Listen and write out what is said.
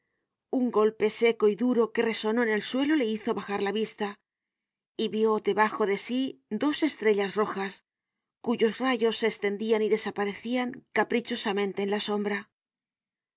un golpe seco y duro que resonó en el suelo le hizo bajar la vista y vió debajo de sí dos estrellas rojas cuyos rayos se estendian y desaparecian caprichosamente en la sombra